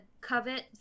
covet